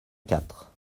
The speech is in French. quatre